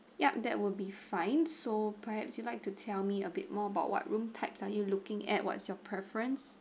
yup that would be fine so perhaps you'd like to tell me a bit more about what room types are you looking at what's your preference